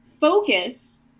focus